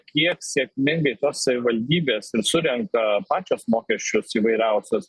kiek sėkmingai tos savivaldybės ir surenka pačios mokesčius įvairiausius